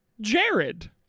Jared